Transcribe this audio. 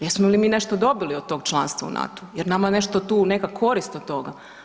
Jesmo mi li nešto dobili od tog članstvo u NATO, jel nama nešto tu, neka korist od toga?